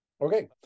Okay